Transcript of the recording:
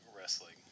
wrestling